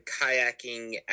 kayaking